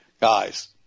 Guys